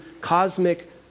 cosmic